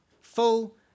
Full